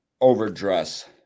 overdress